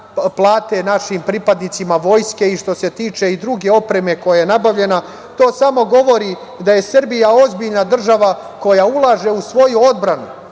plate našim pripadnicima vojske i što se tiče i druge opreme koja je nabavljena, to samo govori da je Srbija ozbiljna država koja ulaže u svoju odbranu. Srbija